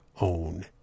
own